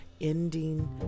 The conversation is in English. ending